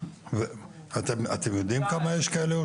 ואתם יודעים כמה כאלה יש?